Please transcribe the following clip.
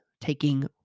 taking